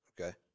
Okay